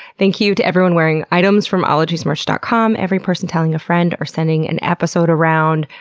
thank you to everyone wearing items from ologiesmerch dot com, every person telling a friend or sending an episode around,